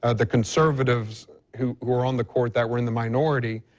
ah the conservatives who were on the court that were in the minority,